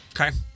Okay